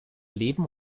leben